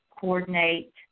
coordinate